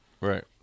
right